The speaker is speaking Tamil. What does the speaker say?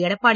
எடப்பாடி